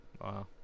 Wow